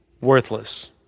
worthless